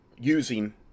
using